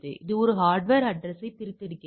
இது ஹார்ட்வர் அட்ரஸ்யைப் பிரித்தெடுக்கிறது